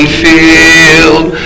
field